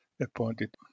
appointed